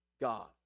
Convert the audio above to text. God